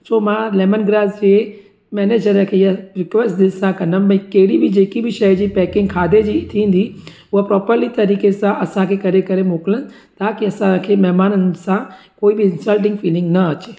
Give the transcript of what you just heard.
छो मां lemon grass जे मेनेजर खे इहा रिक्वैस्ट ॾिसां कंदमि भई कहिड़ी बि जेकी बि शइ जी पैकिंग खाधे जी थींदी उहा प्रोपर्ली तरीक़े सां असांखे करे करे मोकलनि ताकी असांखे महिमाननि सां कोई बि इंसल्टिंग फ़ीलिंग न अचे